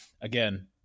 Again